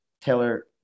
taylor